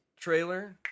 trailer